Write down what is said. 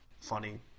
funny